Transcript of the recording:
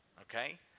Okay